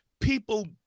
people